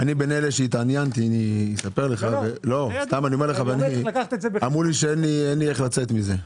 אני התעניינתי, ואמרו לי שאין לי איך לצאת מזה.